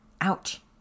Ouch